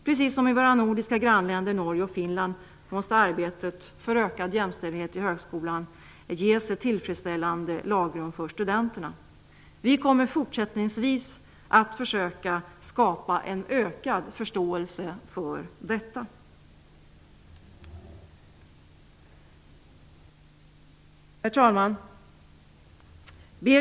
Precis som i våra nordiska grannländer, Norge och Finland, måste arbetet för ökad jämställdhet i högskolan ges ett tillfredsställande lagrum för studenterna. Vi kommer fortsättningsvis att försöka skapa en ökad förståelse för detta. Herr talman!